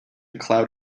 cloud